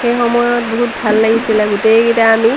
সেই সময়ত বহুত ভাল লাগিছিলে গোটেইকেইটা আমি